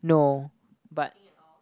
no but